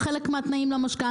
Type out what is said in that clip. זה לא חלק מהתנאים למשכנתא.